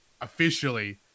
officially